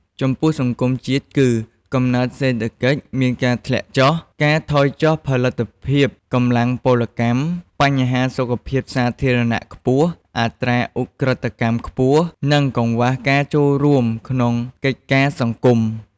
ចំពោះសង្គមជាតិគឺ កំណើនសេដ្ឋកិច្ចមានការធ្លាក់ចុះ ការថយចុះផលិតភាពកម្លាំងពលកម្ម បញ្ហាសុខភាពសាធារណៈខ្ពស់ អត្រាឧក្រិដ្ឋកម្មខ្ពស់ និងកង្វះការចូលរួមក្នុងកិច្ចការសង្គម។